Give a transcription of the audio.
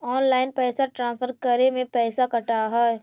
Online पैसा transfer करे में पैसा कटा है?